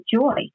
joy